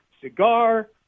cigar